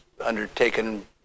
undertaken